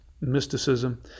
mysticism